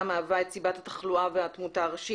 מהווה את סיבת התחלואה והתמותה הראשית.